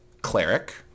cleric